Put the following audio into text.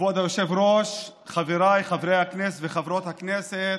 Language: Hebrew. כבוד היושב ראש, חבריי וחברות הכנסת,